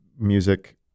music